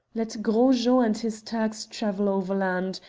let gros jean and his turks travel overland.